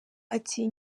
ati